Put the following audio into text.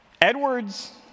Edwards